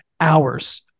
Hours